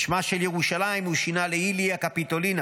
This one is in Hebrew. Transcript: את שמה של ירושלים הוא שינה לאיליה קפיטולינה,